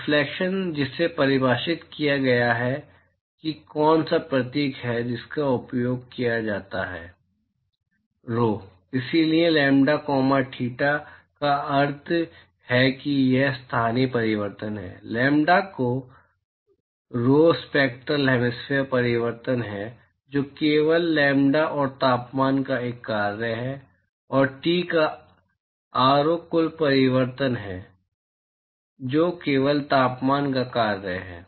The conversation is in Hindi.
रिफलेक्शन जिसे परिभाषित किया गया है कि कौन सा प्रतीक है जिसका उपयोग किया जाता है rho इसलिए लैम्ब्डा कॉमा थीटा का अर्थ है कि यह स्थानीय परावर्तन है लैम्ब्डा का आरओ स्पैक्टरल हैमिस्फेरिकल परावर्तन है जो केवल लैम्ब्डा और तापमान का एक कार्य है और टी का आरओ कुल परावर्तन है जो केवल तापमान का एक कार्य है